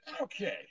Okay